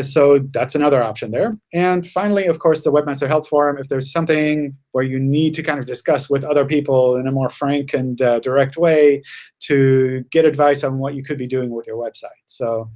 so that's another option there. and finally, of course, the webmaster help forum, if there's something where you need to kind of discuss with other people in a more frank and direct way to get advice on what you could be doing with your website. so